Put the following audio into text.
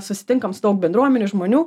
susitinkam su daug bendruomenių žmonių